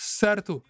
certo